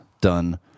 done